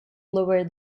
lower